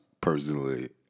personally